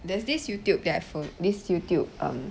there's this youtube that I follo~ this youtube um